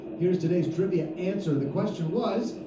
here's today's trivia answer. the question was,